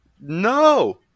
No